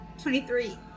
23